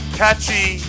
catchy